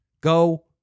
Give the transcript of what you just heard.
Go